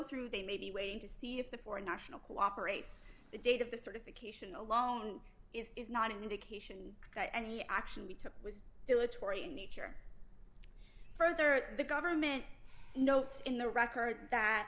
through they may be waiting to see if the foreign national cooperates the date of the certification alone is not an indication that any action we took was dilatory in nature further the government notes in the record that